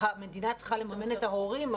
המדינה צריכה לממן את ההורים,